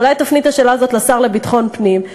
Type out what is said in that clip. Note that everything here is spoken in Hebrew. אולי תפני את השאלה הזאת לשר לביטחון פנים.